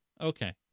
Okay